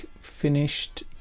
finished